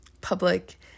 public